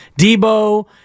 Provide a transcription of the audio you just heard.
Debo